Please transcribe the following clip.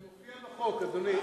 זה מופיע בחוק, אדוני.